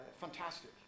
Fantastic